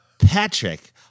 Patrick